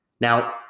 Now